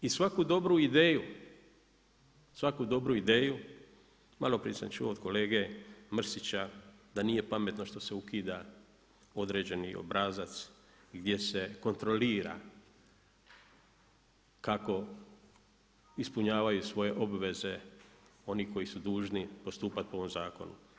I svaku dobru ideju, svaku dobru ideju, malo prije sam čuo od kolege Mrsića da nije pametno da se ukida određeni obrazac, gdje se kontrolira kako ispunjavaju svoje obveze oni koji su dužni postupati po ovom zakonu.